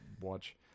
watch